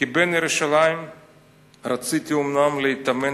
"כבן ירושלים רציתי אומנם להיטמן בירושלים,